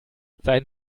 sein